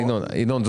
ינון,